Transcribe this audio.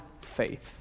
faith